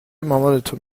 مامانتو